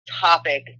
topic